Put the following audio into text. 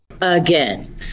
again